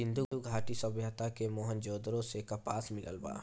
सिंधु घाटी सभ्यता के मोहन जोदड़ो से कपास मिलल बा